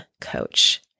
coach